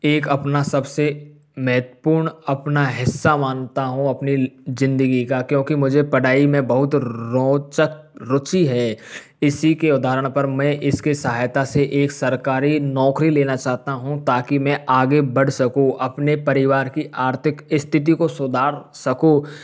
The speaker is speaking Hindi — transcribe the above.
एक अपना सबसे महत्वपूर्ण अपना हिस्सा मानता हूँ अपनी जिंदगी का क्योंकि मुझे पढ़ाई में बहुत रोचक रुचि है इसी के उदाहरण पर मैं इसके सहायता से एक सरकारी नौकरी लेना चाहता हूँ ताकि मैं आगे बढ़ सकूँ अपने परिवार की आर्थिक स्थिति को सुधार सकूँ